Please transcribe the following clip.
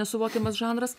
nesuvokiamas žanras